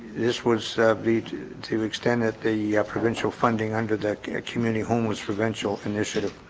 this was be to extend that the provincial funding under that community home was provincial initiative